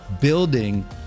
building